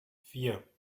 vier